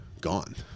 gone